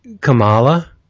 Kamala